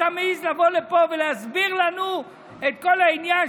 אתה מעז לבוא לפה ולהסביר לנו את כל העניין,